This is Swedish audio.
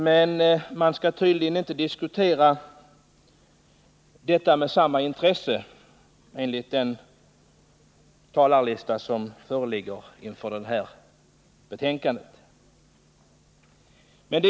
Detta skall dock tydligen inte diskuteras med samma intresse, att döma av listan över anmälda talare.